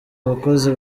abakozi